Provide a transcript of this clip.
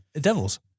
devils